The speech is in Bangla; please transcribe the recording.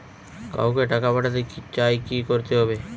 কাউকে টাকা পাঠাতে চাই কি করতে হবে?